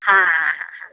हाँ हाँ हाँ हाँ